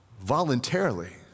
voluntarily